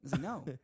No